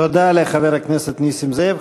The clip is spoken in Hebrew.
תודה לחבר הכנסת נסים זאב.